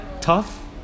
Tough